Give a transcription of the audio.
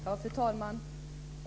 Fru talman!